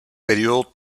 período